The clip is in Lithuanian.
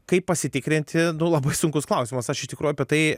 kaip pasitikrinti nu labai sunkus klausimas aš iš tikrųjų tai